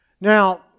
Now